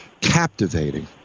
captivating